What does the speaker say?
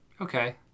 Okay